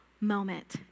moment